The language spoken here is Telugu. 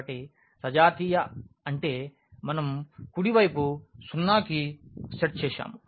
కాబట్టి సజాతీయ అంటే మనం కుడి వైపు 0 కి సెట్ చేశాము